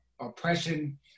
oppression